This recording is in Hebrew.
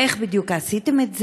איך בדיוק עשיתם את זה?